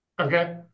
Okay